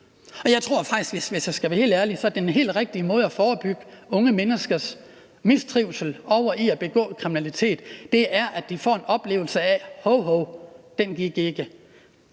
være helt ærlig, at den helt rigtige måde at forebygge unge menneskers mistrivsel på og det, at de begår kriminalitet, er, at de får en oplevelse af, at hov, hov, den gik ikke.